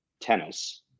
tennis